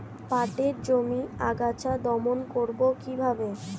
পাটের জমির আগাছা দমন করবো কিভাবে?